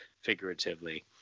figuratively